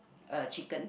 a chicken